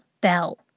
Bell